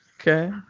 Okay